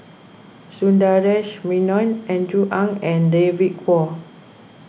Sundaresh Menon Andrew Ang and David Kwo